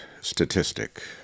statistic